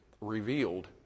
revealed